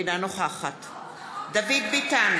אינה נוכחת דוד ביטן,